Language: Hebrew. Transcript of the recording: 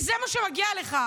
כי זה מה שמגיע לך,